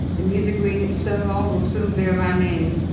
the music wing at stonewall will soon bear my name,